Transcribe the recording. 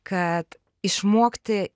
kad išmokti